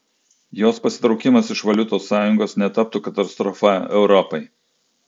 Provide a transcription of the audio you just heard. jos pasitraukimas iš valiutos sąjungos netaptų katastrofa europai